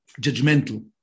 judgmental